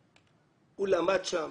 הוא למד שם,